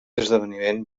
esdeveniment